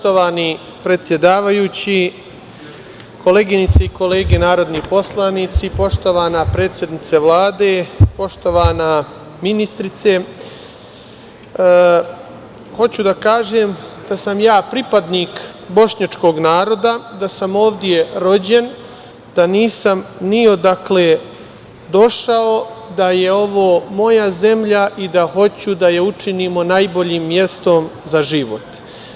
Poštovani predsedavajući, koleginice i kolege narodni poslanici, poštovana predsednice Vlade, poštovana ministrice, hoću da kažem da sam ja pripadnik bošnjačkog naroda, da sam ovde rođen, da nisam ni odakle došao, da je ovo moja zemlja i da hoću da je učinimo najboljim mestom za život.